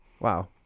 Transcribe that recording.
Wow